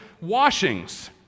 washings